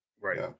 Right